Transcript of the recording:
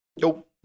nope